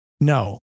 No